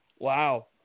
Wow